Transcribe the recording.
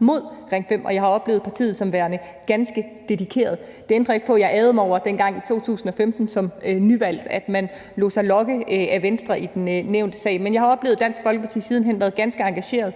mod Ring 5. Jeg har oplevet partiet som værende ganske dedikeret. Det ændrer ikke på, at jeg som nyvalgt dengang i 2015 ærgrede mig over, at man lod sig lokke af Venstre i den nævnte sag. Men jeg har oplevet, at Dansk Folkeparti siden hen har været ganske engageret.